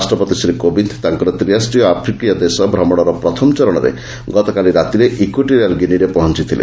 ରାଷ୍ଟ୍ରପତି ଶ୍ରୀ କୋବିନ୍ଦ ତାଙ୍କର ତ୍ରିରାଷ୍ଟ୍ରୀୟ ଆଫ୍ରିକୀୟ ଦେଶ ଭ୍ରମଣର ପ୍ରଥମ ଚରଣରେ ଗତକାଲି ରାତିରେ ଇକ୍ର୍ୟଟରିଆଲ୍ ଗିନିରେ ପହଞ୍ଚଥିଲେ